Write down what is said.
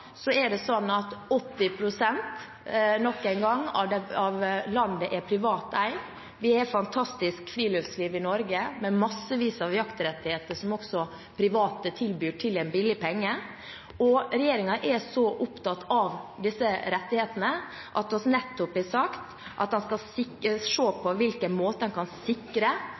nok en gang – av landet er privat eid. Vi har et fantastisk friluftsliv i Norge med massevis av jaktrettigheter som også private tilbyr til en billig penge, og regjeringen er så opptatt av disse rettighetene at vi nettopp har sagt at vi skal